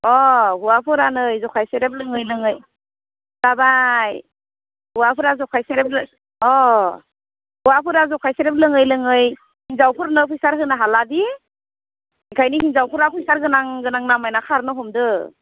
अ हौवाफोरा नै जखाय सेरेब लोङै लोङै जाबाय हौवाफोरा जखाय सेरेब अ हौवाफोरा जखाय सेरेब लोङै लोङै हिनजावफोरनो फैसाफोर होनो हाला बि ओंखायनो हिनजावफोरा फैसागोनां गोनां नायना खारनो हमदों